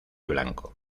blanco